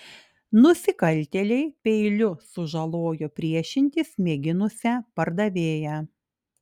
nusikaltėliai peiliu sužalojo priešintis mėginusią pardavėją